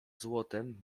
złotem